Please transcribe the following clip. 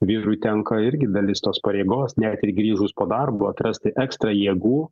vyrui tenka irgi dalis tos pareigos net ir grįžus po darbo atrasti ekstrą jėgų